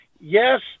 yes